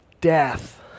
death